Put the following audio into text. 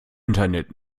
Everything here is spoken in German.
internet